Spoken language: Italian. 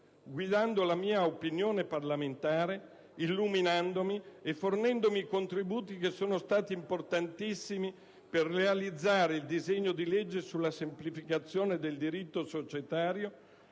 guidando la mia opinione parlamentare, illuminandomi e fornendomi contributi che sono stati importantissimi per realizzare il disegno di legge sulla semplificazione del diritto societario,